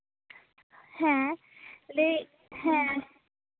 ᱦᱮᱸ ᱞᱟᱹᱭᱮᱜ ᱦᱮᱸ